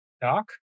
doc